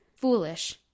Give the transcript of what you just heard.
foolish